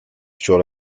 sur